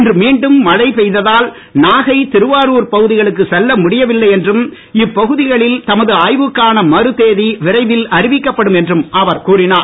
இன்று மீண்டும் மழை பெய்ததால் நாகை திருவாரூர் பகுதிகளுக்கு செல்ல முடியவில்லை என்றும் இப்பகுதிகளில் தமது ஆய்வுக்கான மறுதேதி விரைவில் அறிவிக்கப்படும் என்றும் அவர் கூறினார்